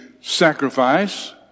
sacrifice